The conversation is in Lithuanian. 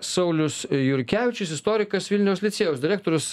saulius jurkevičius istorikas vilniaus licėjaus direktorius